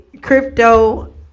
crypto